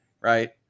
right